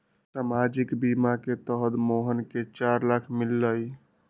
सामाजिक बीमा के तहत मोहन के चार लाख मिललई